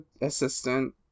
assistant